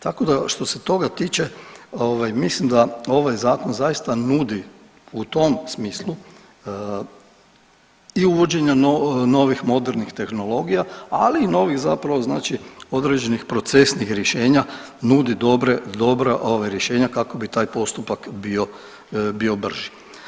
Tako da što se toga tiče, mislim da ovaj zakon zaista nudi u tom smislu i uvođenja novih modernih tehnologija, ali i novih zapravo znači određenih procesnih rješenja, nudi dobra rješenja kako bi taj postupak bio brži.